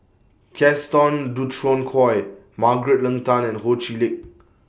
Gaston Dutronquoy Margaret Leng Tan and Ho Chee Lick